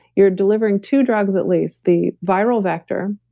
you're delivering two drugs at least, the viral vector.